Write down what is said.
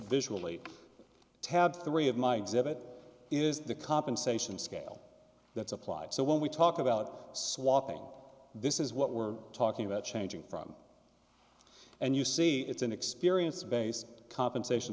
visually tab three of my exhibit is the compensation scale that's applied so when we talk about swapping this is what we're talking about changing from and you see it's an experience based compensation